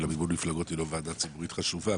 מימון מפלגות היא לא ועדה ציבורית חשובה,